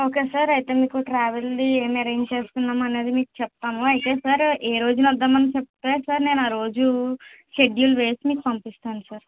okay sir అయితే మీకు travel ది ఏం ఎరేంజ్ చేస్తున్నాం అనేది మీకు చెప్తాను అయితే సార్ ఏ రోజున వద్దాం అనుకుంటున్నారో చెప్తే నేను ఆ రోజు షెడ్యూల్ వేసి మీకు పంపిస్తాను సార్